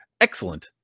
excellent